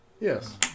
Yes